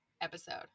episode